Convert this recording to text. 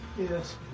Yes